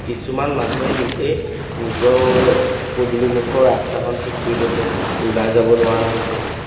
কিছুমান মানুহে নিজে নিজৰ পদূলিমুখৰ ৰাস্তাকণ ঠিক কৰি লৈছে ওলাই যাব নোৱাৰা হৈছে